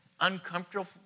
uncomfortable